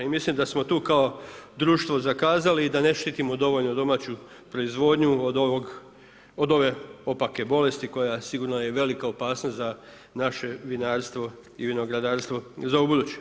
Mislim da smo tu kao društvo zakazali i da ne štitimo dovoljno domaću proizvodnju od ove opake bolesti koja sigurno je velika opasnost za naše vinarstvo i vinogradarstvo i za ubuduće.